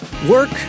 Work